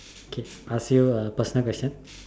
okay I'll ask you a personal question